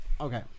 Okay